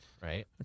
right